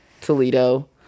Toledo